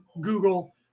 Google